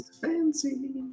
Fancy